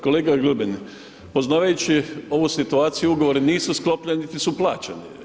Kolega Grbin, poznavajući ovu situaciju ugovori nisu sklopljeni niti su plaćeni.